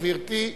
גברתי,